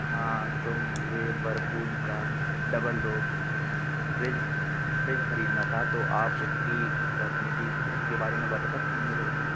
हाँ तो मुझे वरपूल का डबल डोर फ्रिज फ्रिज खरीदना था तो आप उसकी फैसिलिटीज उसके बारे में बता सकते हैं मेरे को कुछ